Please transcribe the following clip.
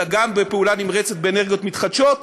אלא גם בפעולה נמרצת באנרגיות מתחדשות.